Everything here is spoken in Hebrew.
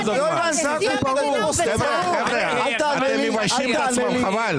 אל תענה לי כי זו התשובה.